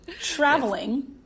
traveling